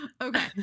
Okay